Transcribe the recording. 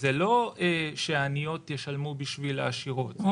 זה לא שהעניות ישלמו עבור העשירות.